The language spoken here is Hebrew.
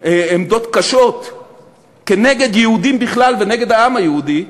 עמדות קשות נגד יהודים בכלל ונגד העם היהודי,